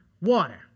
water